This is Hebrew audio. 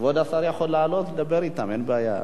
כבוד השר יכול לעלות ולדבר אתם, אין בעיה.